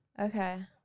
Okay